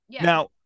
Now